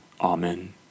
Amen